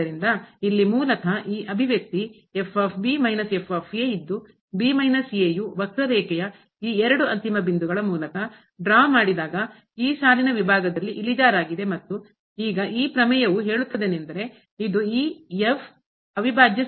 ಆದ್ದರಿಂದ ಇಲ್ಲಿ ಮೂಲತಃ ಈ ಅಭಿವ್ಯಕ್ತಿ ಇದ್ದು ಯು ವಕ್ರರೇಖೆಯ ಈ ಎರಡು ಅಂತಿಮ ಬಿಂದು ಪಾಯಿಂಟ್ ಗಳ ಮೂಲಕ ಡ್ರಾ ಮಾಡಿದ ಈ ಸಾಲಿ ನ ವಿಭಾಗದಲ್ಲಿ ಇಳಿಜಾರಾಗಿದೆ ಮತ್ತು ಈಗ ಈ ಪ್ರಮೇಯವು ಹೇಳುತ್ತದೇನೆಂದರೆ ಇದು ಈ ಅವಿಭಾಜ್ಯ